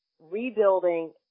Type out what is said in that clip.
rebuilding